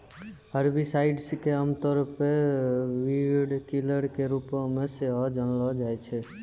herbicides के आमतौरो पे वीडकिलर के रुपो मे सेहो जानलो जाय छै